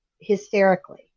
hysterically